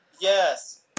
yes